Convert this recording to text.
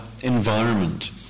environment